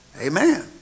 Amen